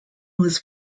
was